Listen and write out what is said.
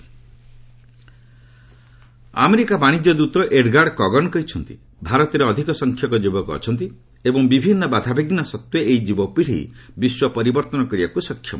Kagan India America ବାଣିଜ୍ୟ ଦୂତ Edgard Kagan କହିଛନ୍ତି ଭାରତରେ ଅଧିକ ସଂଖ୍ୟକ ଯୁବକ ଅଛନ୍ତି ଏବଂ ବିଭିନ୍ନ ବାଧାବିଘ୍ନ ସତ୍ତ୍ୱେ ଏହି ଯୁବପିଢ଼ି ବିଶ୍ୱ ପରିବର୍ତ୍ତନ କରିବାକୁ ସକ୍ଷମ